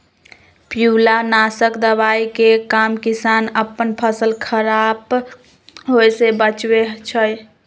पिलुआ नाशक दवाइ के काम किसान अप्पन फसल ख़राप होय् से बचबै छइ